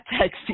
text